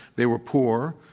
they were poor.